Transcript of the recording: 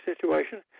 situation